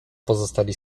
pozostali